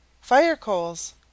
Fire-coals